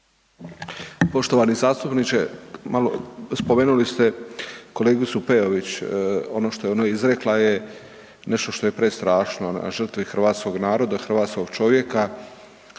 Poštovani zastupniče, malo, spomenuli ste kolegicu Peović, ono što je ono izrekla je nešto prestrašno, na žrtvi hrvatskog naroda, hrvatskog čovjeka